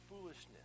foolishness